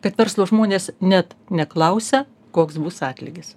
kad verslo žmonės net neklausia koks bus atlygis